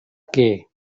que